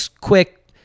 quick